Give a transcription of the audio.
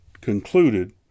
concluded